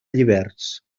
lliberts